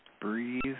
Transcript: breathe